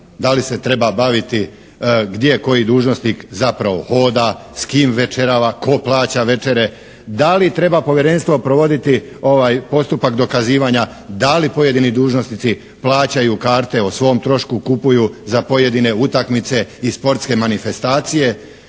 da li se treba baviti gdje koji dužnosnik zapravo hoda, s kim večerava, tko plaća večere, da li treba Povjerenstvo provoditi postupak dokazivanja da li pojedini dužnosnici plaćaju karte o svom trošku, kupuju za pojedine utakmice i sportske manifestacije?